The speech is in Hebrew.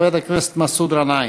חבר הכנסת מסעוד גנאים.